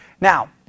Now